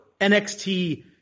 NXT